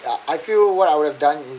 I feel what I would have done is